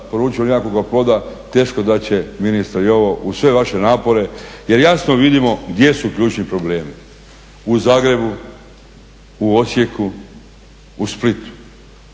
do sada … nekakvoga ploda, teško da će, ministre i ovo uz sve naše napore jer jasno vidimo gdje su ključni problemi. U Zagrebu, u Osijeku, u Splitu.